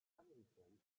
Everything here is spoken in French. américaine